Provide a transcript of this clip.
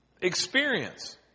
Experience